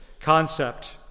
concept